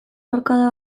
ahokada